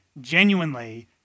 genuinely